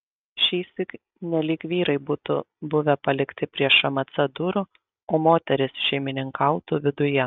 šįsyk nelyg vyrai būtų buvę palikti prie šmc durų o moterys šeimininkautų viduje